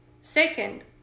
Second